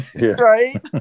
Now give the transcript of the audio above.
right